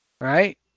Right